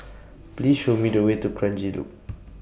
Please Show Me The Way to Kranji Loop